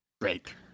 Great